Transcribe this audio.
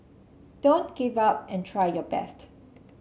don't give up and try your best